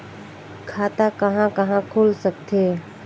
खाता कहा कहा खुल सकथे?